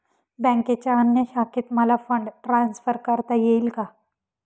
बँकेच्या अन्य शाखेत मला फंड ट्रान्सफर करता येईल का?